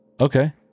okay